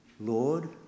Lord